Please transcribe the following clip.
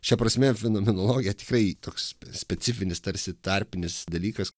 šia prasme fenomenologija tikrai toks specifinis tarsi tarpinis dalykas